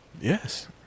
Yes